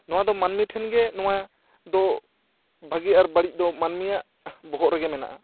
ᱱᱚᱣᱟ ᱫᱚ ᱢᱟᱹᱱᱢᱤ ᱴᱷᱮᱱ ᱜᱮ ᱱᱚᱣᱟ ᱫᱚ ᱵᱷᱟᱹᱜᱤ ᱟᱨ ᱵᱟᱹᱲᱤᱡ ᱫᱚ ᱢᱟᱹᱱᱢᱤᱭᱟᱜ ᱵᱚᱦᱚᱜ ᱨᱮᱜᱮ ᱢᱮᱱᱟᱜᱼᱟ